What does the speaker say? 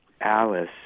Alice